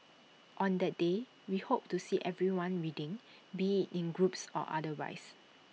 on that day we hope to see everyone reading be IT in groups or otherwise